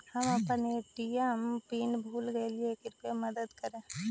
हम अपन ATM PIN भूल गईली हे, कृपया मदद करी